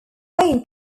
wayne